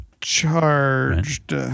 charged